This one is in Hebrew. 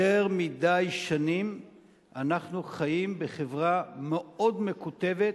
יותר מדי שנים אנחנו חיים בחברה מאוד מקוטבת,